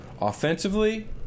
offensively